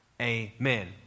Amen